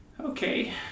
Okay